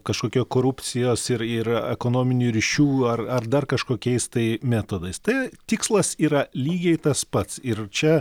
kažkokio korupcijos ir ir ekonominių ryšių ar ar dar kažkokiais tai metodais tai tikslas yra lygiai tas pats ir čia